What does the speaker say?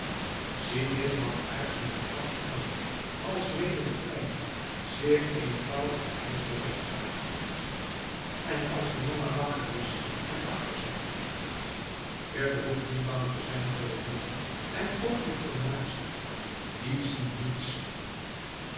sidin nam aarzelend het pakje aan alsmede de kleine zeer eenvoudige ijzeren werktuigen en als de nonna wakker is en achter zit je behoeft niet bang te zijn voor de nonna en ook niet voor de naaister die zien niets